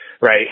right